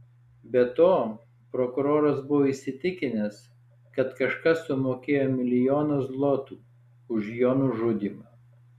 be to prokuroras buvo įsitikinęs kad kažkas sumokėjo milijoną zlotų už jo nužudymą